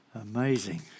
Amazing